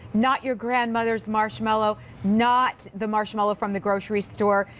not your grandmother's marshmallow. not the marshmallow from the grocery store.